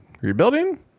rebuilding